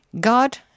God